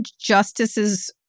justices